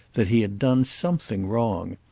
that he had done something wrong.